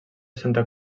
santa